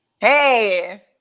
Hey